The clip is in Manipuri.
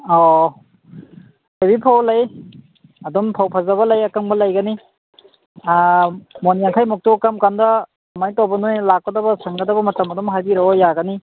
ꯑꯣ ꯊꯣꯏꯕꯤ ꯐꯧ ꯂꯩ ꯑꯗꯨꯝ ꯐꯧ ꯐꯖꯕ ꯂꯩ ꯑꯀꯪꯕ ꯂꯩꯒꯅꯤ ꯃꯣꯟ ꯌꯥꯡꯈꯩꯃꯨꯛꯇꯨ ꯀꯔꯝꯀꯥꯟꯗ ꯀꯃꯥꯏ ꯇꯧꯕ ꯅꯈꯣꯏ ꯂꯥꯛꯀꯗꯕ ꯁꯪꯒꯗꯕ ꯃꯇꯝ ꯑꯗꯨꯝ ꯍꯥꯏꯕꯤꯔꯛꯑꯣ ꯌꯥꯒꯅꯤ